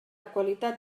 qualitat